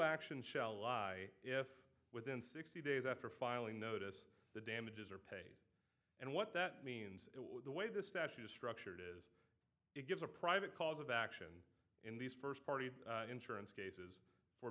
action shall lie if within sixty days after filing notice the damages are and what that means the way the statute is structured is it gives a private cause of action in these first party insurance cases for